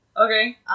okay